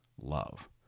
love